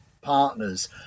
partners